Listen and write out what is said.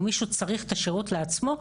או מישהו צריך את השירות לעצמו,